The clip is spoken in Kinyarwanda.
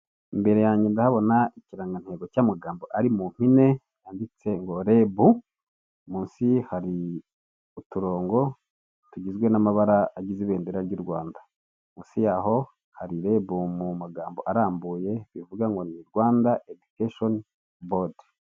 Imbere yange ndahabona ikirangantego cy'amagambo ari mu mpine handitse ngo rebu mu nsi hari uturongo tugizwe n'amabara agize ibendera ry'uRwanda. Mu nsi yaho hari rebu mu magambo arambuye bivuga ngo ni Rwanda edikesheni bodi.